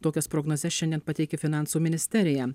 tokias prognozes šiandien pateikė finansų ministerija